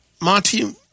Monty